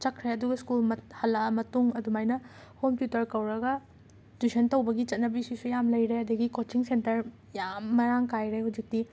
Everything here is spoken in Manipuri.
ꯆꯠꯈ꯭ꯔꯦ ꯑꯗꯨꯒ ꯁ꯭ꯀꯨꯜ ꯃꯠ ꯍꯜꯂꯛꯑꯕ ꯃꯇꯨꯡ ꯑꯗꯨꯃꯥꯏꯅ ꯍꯣꯝ ꯇꯨꯏꯇꯔ ꯀꯧꯔꯒ ꯇꯨꯏꯁꯟ ꯇꯧꯕꯒꯤ ꯆꯠꯅꯕꯤꯁꯤꯁꯨ ꯌꯥꯝꯅ ꯂꯩꯔꯦ ꯑꯗꯒꯤ ꯀꯣꯆꯤꯡ ꯁꯦꯟꯇꯔ ꯌꯥꯝꯅ ꯃꯔꯥꯡ ꯀꯥꯏꯔꯦ ꯍꯧꯖꯤꯛꯇꯤ